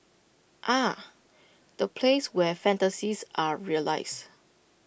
ah the place where fantasies are realised